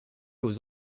aux